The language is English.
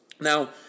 Now